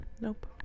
nope